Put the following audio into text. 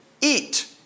eat